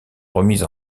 remise